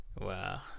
wow